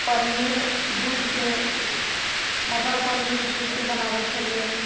पनीर भुजिके मटर पनीर भुजिके बनाबै छलिए